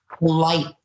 light